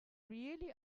really